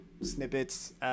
snippets